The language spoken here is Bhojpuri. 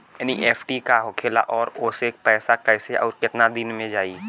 एन.ई.एफ.टी का होखेला और ओसे पैसा कैसे आउर केतना दिन मे जायी?